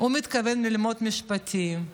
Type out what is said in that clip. הוא מתכוון ללמוד משפטים,